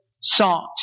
songs